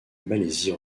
malaisie